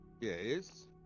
Yes